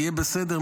יהיה בסדר,